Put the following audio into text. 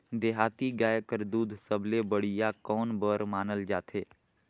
देहाती गाय कर दूध सबले बढ़िया कौन बर मानल जाथे?